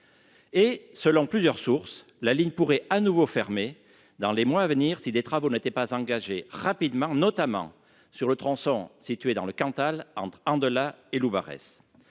Et, selon plusieurs sources, la ligne pourrait à nouveau fermer dans les mois à venir si des travaux n'était pas engagé rapidement notamment sur le tronçon situé dans le Cantal, en train de la et Baresse,